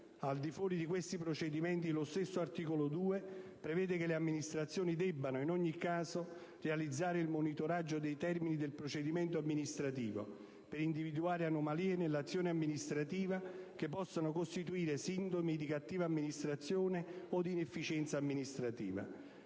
Al di fuori di questi procedimenti, lo stesso articolo 2 prevede che le amministrazioni debbano, in ogni caso, realizzare il monitoraggio dei termini del procedimento amministrativo per individuare anomalie nell'azione amministrativa che possano costituire sintomi di cattiva amministrazione o di inefficienza amministrativa.